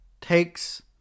takes